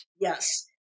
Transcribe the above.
Yes